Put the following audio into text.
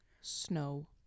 snow